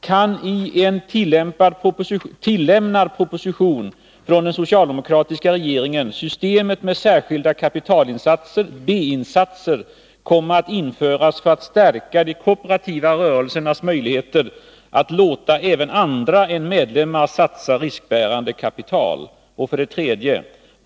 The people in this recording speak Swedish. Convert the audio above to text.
Kanien tillämnad proposition från den socialdemokratiska regeringen systemet med särskilda kapitalinsatser, B-insatser, komma att införas för att stärka de kooperativa rörelsernas möjligheter att låta även andra än medlemmar satsa riskbärande kapital? 3.